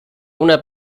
una